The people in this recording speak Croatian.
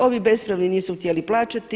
Ovi bespravni nisu htjeli plaćati.